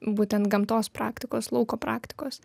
būtent gamtos praktikos lauko praktikos